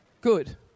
Good